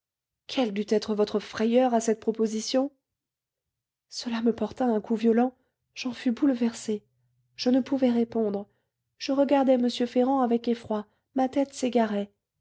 quelle dut être votre frayeur à cette proposition cela me porta un coup violent j'en fus bouleversée je ne pouvais répondre je regardais m ferrand avec effroi ma tête s'égarait